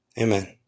amen